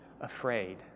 afraid